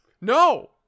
No